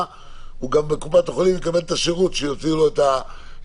הוא גם בקופת החולים מקבל את השירות שיוציאו לו את התו